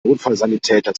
notfallsanitäter